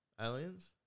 Aliens